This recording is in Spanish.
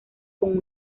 con